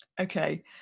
Okay